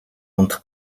унтах